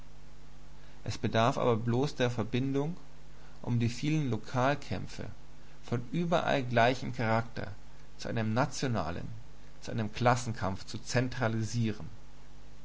es bedarf aber bloß der verbindung um die vielen lokalkämpfe von überall gleichem charakter zu einem nationalen zu einem klassenkampf zu zentralisieren